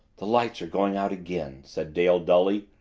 the lights are going out again, said dale dully,